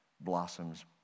blossoms